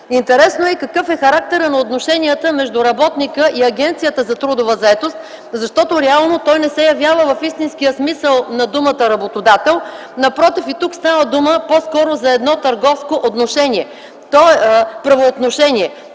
Интересно е какъв е характерът на отношенията между работника и Агенцията за трудова заетост, защото реално те не се явява в истинския смисъл на думата работодател. Напротив, тук става дума по-скоро за едно търговско правоотношение.